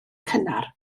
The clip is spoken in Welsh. cynnar